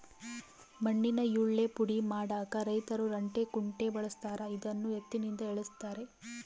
ಮಣ್ಣಿನ ಯಳ್ಳೇ ಪುಡಿ ಮಾಡಾಕ ರೈತರು ರಂಟೆ ಕುಂಟೆ ಬಳಸ್ತಾರ ಇದನ್ನು ಎತ್ತಿನಿಂದ ಎಳೆಸ್ತಾರೆ